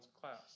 class